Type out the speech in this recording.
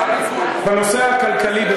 בנושא הכלכלי,